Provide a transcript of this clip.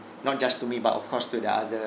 not just to me but of course to the other